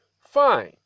Fine